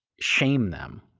shame them,